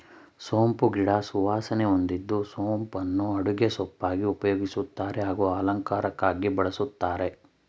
ಸೋಂಪು ಗಿಡ ಸುವಾಸನೆ ಹೊಂದಿದ್ದು ಸೋಂಪನ್ನು ಅಡುಗೆ ಸೊಪ್ಪಾಗಿ ಉಪಯೋಗಿಸ್ತಾರೆ ಹಾಗೂ ಅಲಂಕಾರಕ್ಕಾಗಿ ಬಳಸ್ತಾರೆ